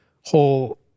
whole